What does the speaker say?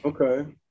okay